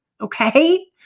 Okay